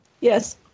Yes